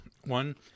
one